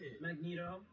Magneto